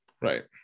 Right